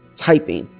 typing,